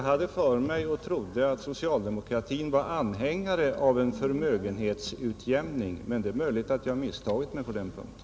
Herr talman! Jag trodde att socialdemokratin var anhängare av en förmögenhetsutjämning, men det är möjligt att jag misstagit mig på den punkten.